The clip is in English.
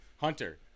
Hunter